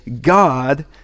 God